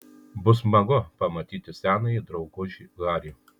bus smagu pamatyti senąjį draugužį harį